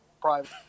private